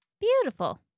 Beautiful